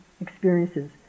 experiences